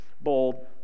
bold